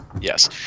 Yes